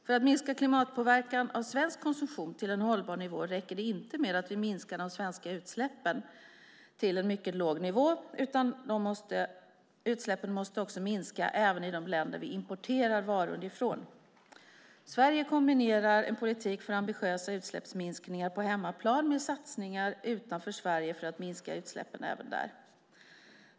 För att minska klimatpåverkan av svensk konsumtion till en hållbar nivå räcker det inte med att vi minskar de svenska utsläppen till en mycket låg nivå utan utsläppen måste minska även i de länder vi importerar varor ifrån. Sverige kombinerar en politik för ambitiösa utsläppsminskningar på hemmaplan med satsningar utanför Sverige för att minska utsläppen även där.